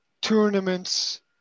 tournaments